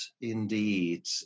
indeed